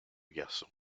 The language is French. garçon